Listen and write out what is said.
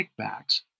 kickbacks